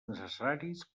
necessaris